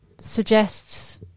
suggests